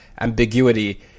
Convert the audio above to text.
ambiguity